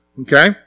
Okay